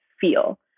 feel